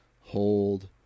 hold